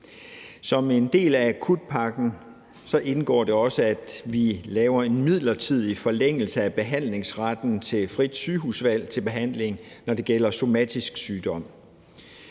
Som en del af akutpakken indgår det også, at vi laver en midlertidig forlængelse af retten til frit sygehusvalg, når det gælder behandling af somatisk sygdom.